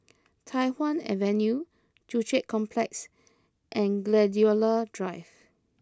Tai Hwan Avenue Joo Chiat Complex and Gladiola Drive